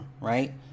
right